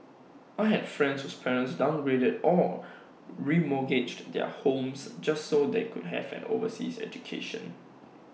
I had friends whose parents downgraded or remortgaged their homes just so they could have an overseas education